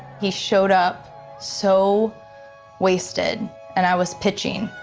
he showed up so wasted and i was pitching